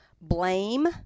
blame